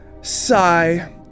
Sigh